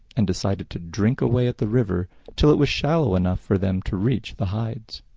and decided to drink away at the river till it was shallow enough for them to reach the hides.